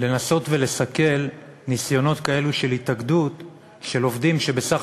לנסות ולסכל ניסיונות כאלו של התאגדות של עובדים שבסך